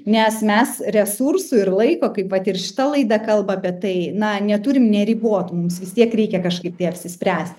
nes mes resursų ir laiko kaip vat ir šita laida kalba apie tai na neturim neribotų mums vis tiek reikia kažkaip tai apsispręsti